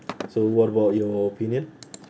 so what about your opinion